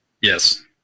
Yes